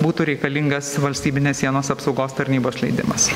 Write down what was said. būtų reikalingas valstybinės sienos apsaugos tarnybos leidimas